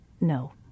No